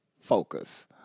focus